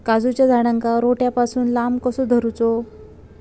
काजूच्या झाडांका रोट्या पासून लांब कसो दवरूचो?